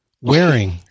wearing